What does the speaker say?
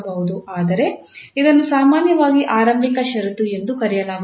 ಆದರೆ ಇದನ್ನು ಸಾಮಾನ್ಯವಾಗಿ ಆರಂಭಿಕ ಷರತ್ತು ಎಂದು ಕರೆಯಲಾಗುತ್ತದೆ